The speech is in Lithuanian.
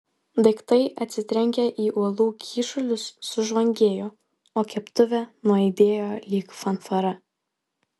daiktai atsitrenkę į uolų kyšulius sužvangėjo o keptuvė nuaidėjo lyg fanfara